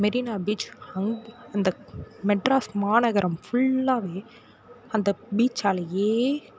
Marina beach அந் அந்த மெட்ராஸ் மாநகரம் ஃபுல்லாகவே அந்த பீச்சாலேயே